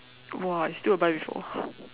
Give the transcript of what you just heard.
!wah! you still got buy before